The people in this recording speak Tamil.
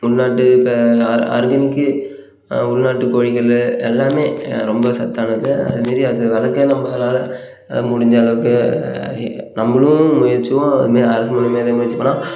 உள்நாட்டு இப்போ ஆர் ஆர்கானிக்கு உள்நாட்டு கோழிகள் எல்லாமே ரொம்ப சத்தானது அது மாரி அது வளர்க்க நம்மளால முடிஞ்ச அளவுக்கு நம்மளும் முயற்சி பண்ணும் அது மாரி அரசு மூலயமா ஏதாவது முயற்சி பண்ணால்